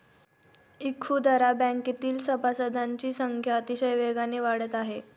इखुदरा बँकेतील सभासदांची संख्या अतिशय वेगाने वाढत आहे